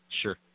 Sure